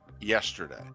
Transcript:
yesterday